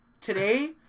today